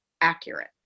accurate